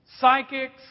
psychics